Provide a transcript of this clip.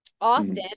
Austin